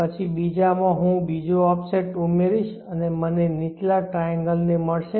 પછી બીજામાં હું બીજો ઓફસેટ ઉમેરીશ અને મને નીચલા ટ્રાયેન્ગલ ને મળશે